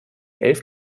elf